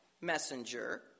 messenger